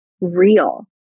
real